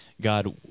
God